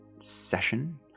session